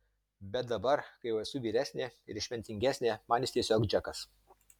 bet dabar kai jau esu vyresnė ir išmintingesnė man jis tiesiog džekas